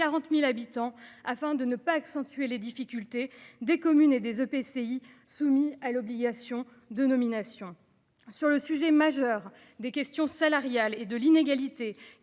40.000 habitants afin de ne pas accentuer les difficultés des communes et des EPCI soumis à l'obligation de nomination. Sur le sujet majeur des questions salariales et de l'inégalité